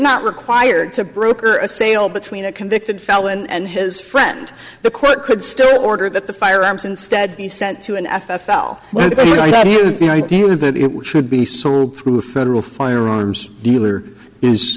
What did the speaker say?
not required to broker a sale between a convicted felon and his friend the court could still order that the firearms instead be sent to an f f l i do think that it would should be sold through federal firearms dealer is